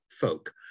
folk